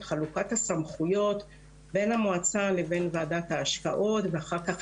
את חלוקת הסמכויות בין המועצה לוועדת ההשקעות ואחר כך